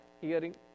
hearing